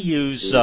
use